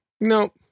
no